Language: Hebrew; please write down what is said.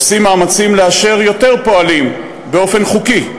עושות מאמצים לאשר יותר פועלים באופן חוקי,